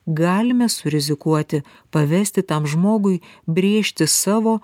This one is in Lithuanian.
galime surizikuoti pavesti tam žmogui brėžti savo